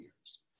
years